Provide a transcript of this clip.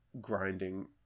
grinding